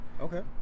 Okay